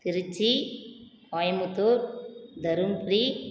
Trichy Coimbatore Dharmapuri